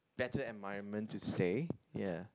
better environment to stay ya